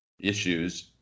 issues